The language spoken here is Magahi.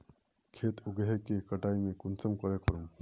खेत उगोहो के कटाई में कुंसम करे करूम?